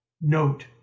note